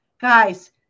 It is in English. Guys